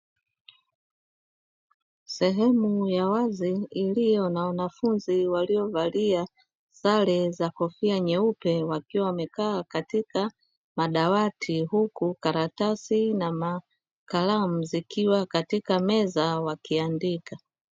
Sehemu ya wazi iliyo na wanafunzi waliovalia sare za kofia nyeupe, wakiwa wamekaa katika madawati huku karatasi na kalamu zikiwa katika meza wakiandika.